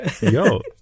Yo